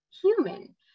human